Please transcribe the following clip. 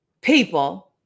people